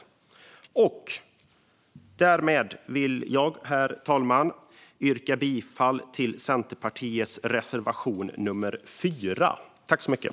Herr talman! Därmed vill jag yrka bifall till reservation nummer 4 från Centerpartiet.